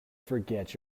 forget